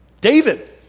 David